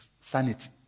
sanity